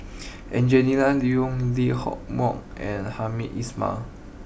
Angelina Liong Lee Hock Moh and Hamed Ismail